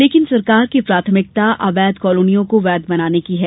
लेकिन सरकार की प्राथमिकता अवैध कालोनियों को वैध बनाने की है